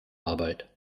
arbeit